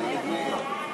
ההצעה להעביר את